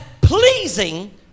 pleasing